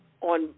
on